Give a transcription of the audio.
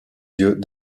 yeux